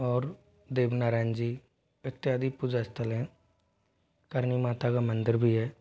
और देव नारायण जी इत्यादि पूजा स्थलें करणी माता का मंदिर भी है